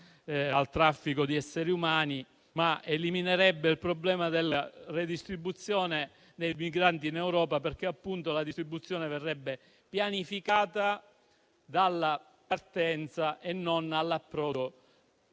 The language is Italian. al traffico di esseri umani, ma eliminerebbe anche il problema della redistribuzione dei migranti in Europa, perché verrebbe pianificata alla partenza e non all'approdo